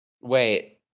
wait